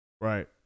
right